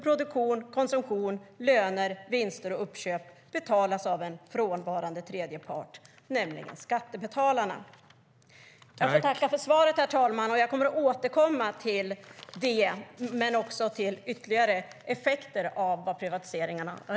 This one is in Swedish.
Produktion, konsumtion, löner, vinster och uppköp betalas av en frånvarande tredje part, nämligen skattebetalarna. Jag får tacka för svaret, herr talman. Jag återkommer till detta men också till ytterligare effekter av privatiseringarna.